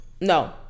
no